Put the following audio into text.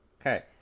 okay